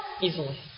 easily